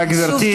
תודה, גברתי.